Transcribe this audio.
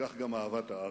וכך גם אהבת הארץ.